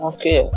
Okay